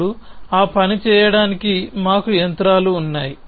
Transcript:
ఇప్పుడు ఆ పని చేయడానికి మాకు యంత్రాలు ఉన్నాయి